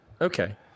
okay